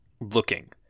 ...looking